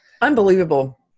unbelievable